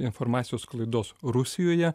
informacijos sklaidos rusijoje